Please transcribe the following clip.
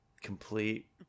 complete